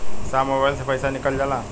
साहब मोबाइल से पैसा निकल जाला का?